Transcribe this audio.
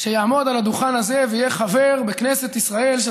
שיעמוד על הדוכן הזה ויהיה חבר בכנסת ישראל של